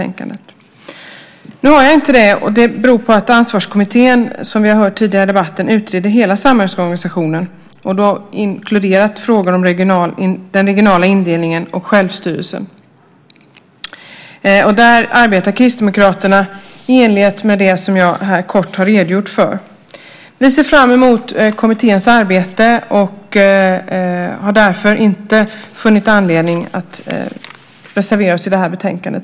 Nu har jag inte det, och det beror på att Ansvarskommittén, som vi har hört tidigare i debatten, utreder hela samhällsorganisationen, inkluderat frågan om den regionala indelningen och självstyrelsen. Där arbetar Kristdemokraterna i enlighet med det som jag här kort har redogjort för. Vi ser fram emot kommitténs arbete och har därför inte funnit anledning att reservera oss i det här betänkandet.